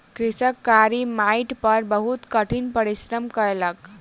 कृषक कारी माइट पर बहुत कठिन परिश्रम कयलक